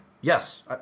Yes